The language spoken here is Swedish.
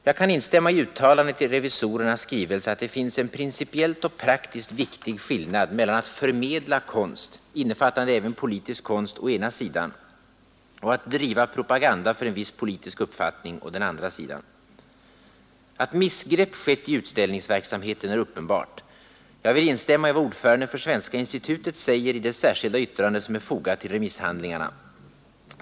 Jag kan instämma i uttalandet i revisorernas skrivelse att det finns en principiellt och praktiskt viktig skillnad mellan att förmedla konst, innefattande även politisk konst, å ena sidan och att driva propaganda för en viss politisk uppfattning å den andra sidan. Att missgrepp skett i utställningsverksamheten är uppenbart. Jag vill instämma i vad ordföranden för Svenska Institutet säger i det särskilda yttrande, som är fogat till remisshandlingarna.